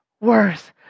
worse